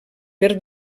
per